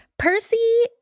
Percy